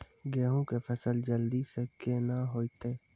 गेहूँ के फसल जल्दी से के ना होते?